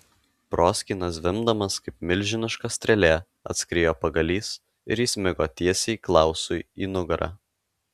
proskyna zvimbdamas kaip milžiniška strėlė atskriejo pagalys ir įsmigo tiesiai klausui į nugarą